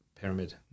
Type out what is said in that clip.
pyramid